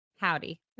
Howdy